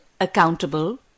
accountable